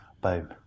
boom